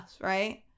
right